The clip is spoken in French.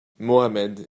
mohammed